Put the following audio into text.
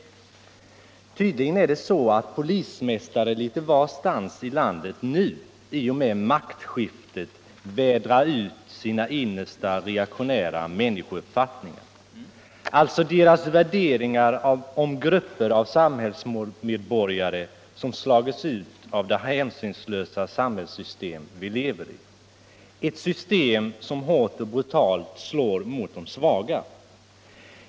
Uppenbarligen är det så att polismästare litet varstans i landet nu, i och med maktskiftet, vädrar ut sina innersta reaktionära människouppfattningar. Det är alltså deras värderingar om grupper av samhällsmedborgare som slagits ut av det hänsynslösa samhällssystem vi lever i — ett system som hårt och brutalt slår mot de svaga.